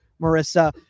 Marissa